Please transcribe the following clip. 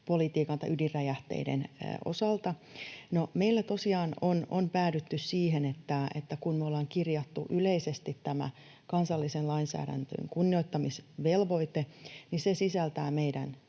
lähtökohtaan ydinräjähteiden osalta. No, meillä tosiaan on päädytty siihen, että kun me ollaan kirjattu yleisesti kansallisen lainsäädännön kunnioittamisvelvoite, niin se sisältää meidän